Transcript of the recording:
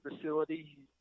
facility